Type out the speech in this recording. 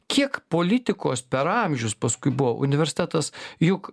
kiek politikos per amžius paskui buvo universitetas juk